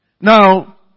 now